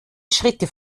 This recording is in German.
schritte